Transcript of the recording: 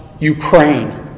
Ukraine